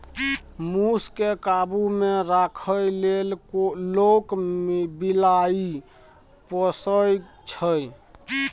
मुस केँ काबु मे राखै लेल लोक बिलाइ पोसय छै